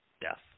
Death